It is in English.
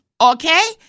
okay